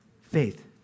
faith